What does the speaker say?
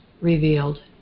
revealed